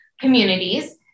communities